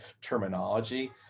terminology